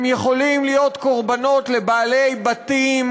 הם יכולים להיות קורבנות של בעלי-בתים